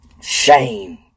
shame